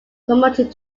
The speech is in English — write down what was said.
promoted